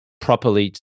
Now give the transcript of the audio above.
properly